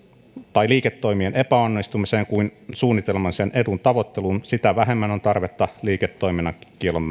tai liiketoimien epäonnistumiseen kuin suunnitelmalliseen edun tavoitteluun sitä vähemmän on tarvetta liiketoimintakiellon